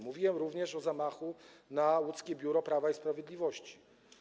Mówiłem również o zamachu na łódzkie biuro Prawa i Sprawiedliwości.